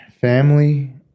family